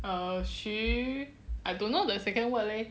err 需 I don't know the second word leh